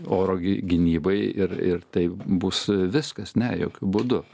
oro gynybai ir ir tai bus viskas ne jokiu būdu